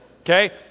Okay